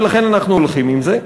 ולכן אנחנו הולכים עם זה.